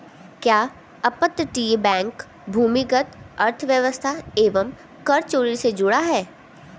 क्या अपतटीय बैंक भूमिगत अर्थव्यवस्था एवं कर चोरी से जुड़ा है?